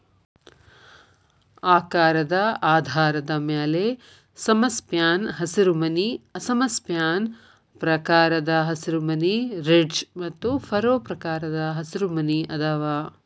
ಆಕಾರದ ಆಧಾರದ ಮ್ಯಾಲೆ ಸಮಸ್ಪ್ಯಾನ್ ಹಸಿರುಮನಿ ಅಸಮ ಸ್ಪ್ಯಾನ್ ಪ್ರಕಾರದ ಹಸಿರುಮನಿ, ರಿಡ್ಜ್ ಮತ್ತು ಫರೋ ಪ್ರಕಾರದ ಹಸಿರುಮನಿ ಅದಾವ